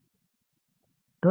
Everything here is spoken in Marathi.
तर मग काय होईल